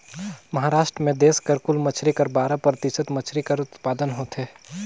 महारास्ट में देस कर कुल मछरी कर बारा परतिसत मछरी कर उत्पादन होथे